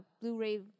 Blu-ray